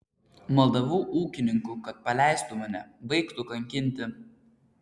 maldavau ūkininkų kad paleistų mane baigtų kankinti